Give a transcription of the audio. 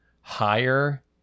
higher